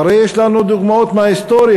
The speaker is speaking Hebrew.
והרי יש לנו דוגמאות מההיסטוריה,